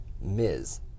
Ms